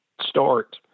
start